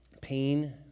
pain